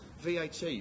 VAT